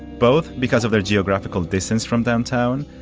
both because of their geographical distance from downtown,